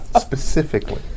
Specifically